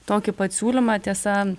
tokį pat siūlymą tiesa